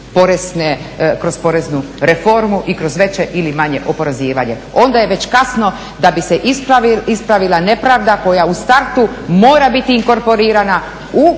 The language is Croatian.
kroz poreznu reformu ili kroz veće ili manje oporezivanje. Onda je već kasno da bi se ispravila nepravda koja već u startu mora biti inkorporirana u